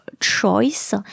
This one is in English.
choice